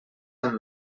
amb